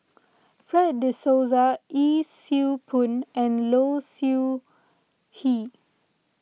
Fred De Souza Yee Siew Pun and Low Siew Nghee